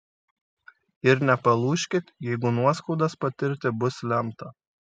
ir nepalūžkit jeigu nuoskaudas patirti bus lemta